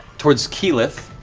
towards keyleth.